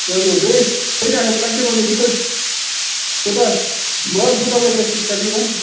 چلو بیٚیہِ کۭتیاہ تقریباً یہِ کٔژ کوتاہ ماز کوتاہ لَگہِ اَسہِ ییٚتہِ تَقریباً